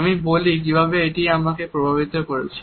আমি বলি কিভাবে এটি আমাকে প্রভাবিত করেছে